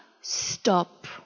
stop